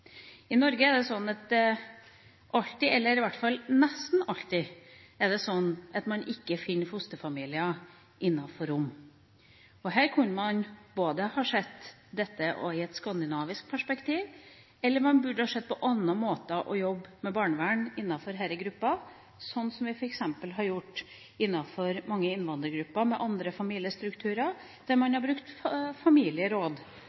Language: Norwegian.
I Norge er det alltid – eller nesten alltid – sånn at man ikke finner fosterfamilier innenfor romene. Her kunne man kanskje ha sett dette i et skandinavisk perspektiv, eller man burde ha sett på andre måter å jobbe med denne gruppa på innenfor barnevernet, slik som vi f.eks. har gjort med mange innvandrergrupper med andre familiestrukturer. Her brukte man familieråd